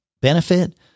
benefit